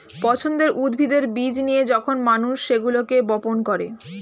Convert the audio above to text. পছন্দের উদ্ভিদের বীজ নিয়ে যখন মানুষ সেগুলোকে বপন করে